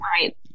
Right